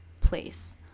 place